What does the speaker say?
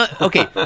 Okay